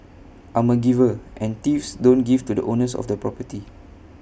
I'm A giver and thieves don't give to the owners of the property